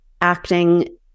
acting